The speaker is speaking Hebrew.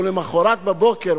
ולמחרת בבוקר,